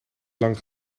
lang